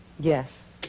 yes